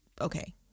okay